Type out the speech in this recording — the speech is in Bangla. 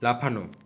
লাফানো